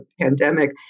pandemic